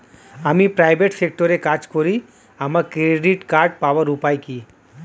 আমি প্রাইভেট সেক্টরে কাজ করি আমার ক্রেডিট কার্ড পাওয়ার উপায় কি?